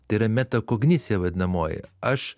tai yra metakognicija vadinamoji aš